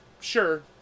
sure